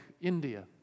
India